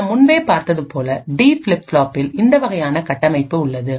நாம் முன்பே பார்த்தது போல டி ஃபிளிப் ஃப்ளாப்பில் இந்த வகையான கட்டமைப்பு உள்ளது